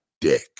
dick